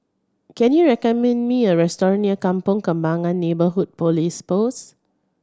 can you recommend me a restaurant near Kampong Kembangan Neighbourhood Police Post